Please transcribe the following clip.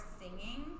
singing